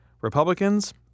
Republicans